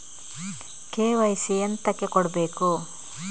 KYC ಎಂತಕೆ ಕೊಡ್ಬೇಕು?